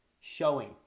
showing